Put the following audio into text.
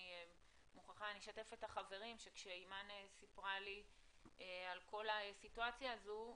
אני אשתף את החברים שכשאימאן סיפרה לי על כל הסיטואציה הזאת,